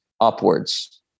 upwards